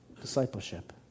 discipleship